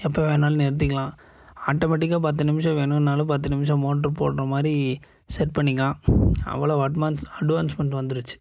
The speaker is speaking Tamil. எப்போ வேணாலும் நிறுத்திக்கலாம் ஆட்டோமேட்டிக்காக பத்து நிமிஷம் வேணும்னாலும் பத்து நிமிஷம் மோட்டரு போடுகிற மாதிரி செட் பண்ணிக்கலாம் அவ்வளவு அட்வான்ஸ் அட்வான்ஸ்மெண்ட் வந்துடுச்சு